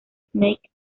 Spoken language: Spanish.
snake